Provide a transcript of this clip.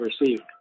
received